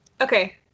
Okay